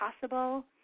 possible